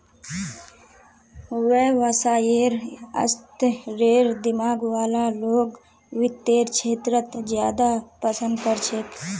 व्यवसायेर स्तरेर दिमाग वाला लोग वित्तेर क्षेत्रत ज्यादा पसन्द कर छेक